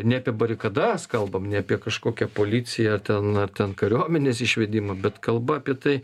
ne apie barikadas kalbam ne apie kažkokią policiją ten ar ten kariuomenės išvedimą bet kalba apie tai